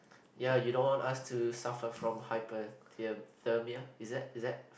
ya you don't want us to suffer from hypothermia is that is that